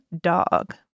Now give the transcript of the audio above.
dog